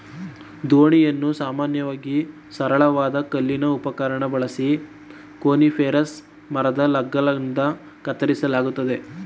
ದೋಣಿಯನ್ನು ಸಾಮಾನ್ಯವಾಗಿ ಸರಳವಾದ ಕಲ್ಲಿನ ಉಪಕರಣ ಬಳಸಿ ಕೋನಿಫೆರಸ್ ಮರದ ಲಾಗ್ಗಳಿಂದ ಕತ್ತರಿಸಲಾಗ್ತದೆ